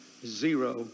zero